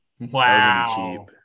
Wow